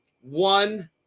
one